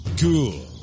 cool